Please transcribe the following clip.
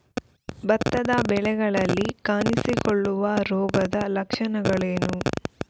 ಭತ್ತದ ಬೆಳೆಗಳಲ್ಲಿ ಕಾಣಿಸಿಕೊಳ್ಳುವ ರೋಗದ ಲಕ್ಷಣಗಳೇನು?